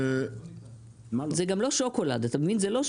זה גם לא שוקולד, אתה מבין.